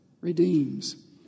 Redeems